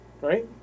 Right